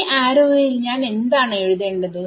ഈ ആരോയിൽ ഞാൻ എന്താണ് എഴുതേണ്ടത്